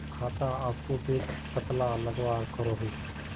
खाता अपटूडेट कतला लगवार करोहीस?